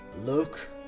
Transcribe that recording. look